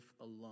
alone